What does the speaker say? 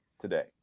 today